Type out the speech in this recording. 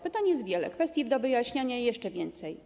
Pytań jest wiele, kwestii do wyjaśnienia jeszcze więcej.